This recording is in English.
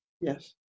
Yes